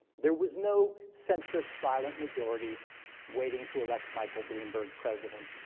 there was no centrist silent majority waiting to elect michael bloomberg president.